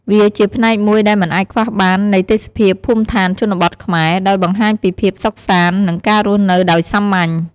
វាជាផ្នែកមួយដែលមិនអាចខ្វះបាននៃទេសភាពភូមិដ្ឋានជនបទខ្មែរ ដោយបង្ហាញពីភាពសុខសាន្ត និងការរស់នៅដោយសាមញ្ញ។